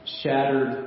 shattered